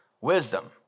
Wisdom